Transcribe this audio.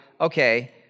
okay